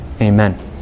Amen